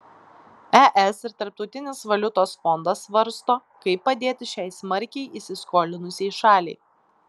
es ir tarptautinis valiutos fondas svarsto kaip padėti šiai smarkiai įsiskolinusiai šaliai